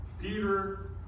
Peter